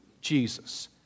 Jesus